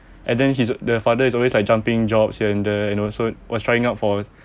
and then he's the father is always like jumping jobs here and there you know so was trying out for